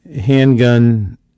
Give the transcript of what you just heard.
handgun